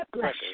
bless